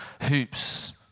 hoops